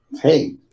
hey